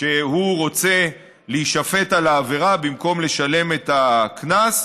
שהוא רוצה להישפט על העבירה במקום לשלם את הקנס,